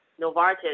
Novartis